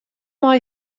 mei